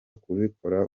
kubikora